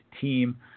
team